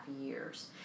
years